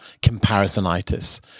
comparisonitis